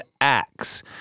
acts